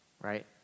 Right